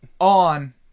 on